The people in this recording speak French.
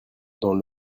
dans